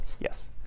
Yes